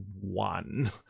one